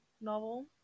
novel